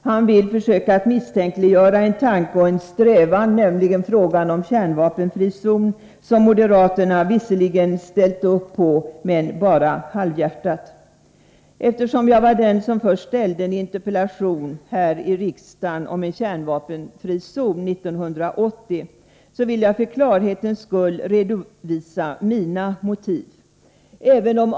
Han vill försöka misstänkliggöra en tanke och en strävan, nämligen frågan om kärnvapenfri zon, som moderaterna visserligen ställt upp på men bara halvhjärtat. Eftersom jag var den som först framställde en interpellation här i riksdagen om en kärnvapenfri zon, 1980, vill jag för klarhetens skull redovisa mina motiv.